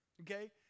Okay